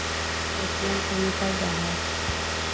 ATM से निकल जा है?